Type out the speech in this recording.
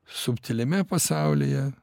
subtiliame pasaulyje